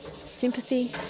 Sympathy